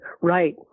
Right